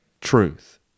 truth